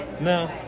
No